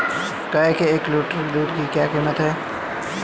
गाय के एक लीटर दूध की क्या कीमत है?